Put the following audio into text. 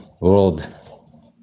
world